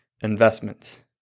investments